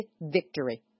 victory